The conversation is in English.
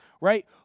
right